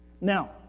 Now